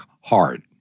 hard